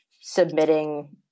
submitting